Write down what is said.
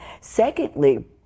Secondly